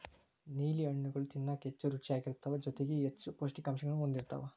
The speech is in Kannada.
ನೇಲಿ ಹಣ್ಣುಗಳು ತಿನ್ನಾಕ ಹೆಚ್ಚು ರುಚಿಯಾಗಿರ್ತಾವ ಜೊತೆಗಿ ಹೆಚ್ಚು ಪೌಷ್ಠಿಕಾಂಶಗಳನ್ನೂ ಹೊಂದಿರ್ತಾವ